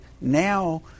now